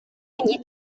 мені